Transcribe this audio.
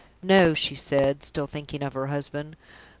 no! she said, still thinking of her husband.